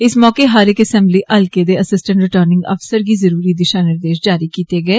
इस मौके इक असैंबली हलके दे एसिंस्टेंट रिटनिग अफसर गी जरूरी दिषा निर्देष जारी कीत्ते गे